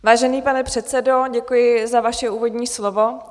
Vážený pane předsedo, děkuji za vaše úvodní slovo.